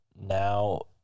now